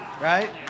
right